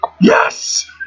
Yes